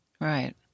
Right